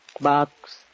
Box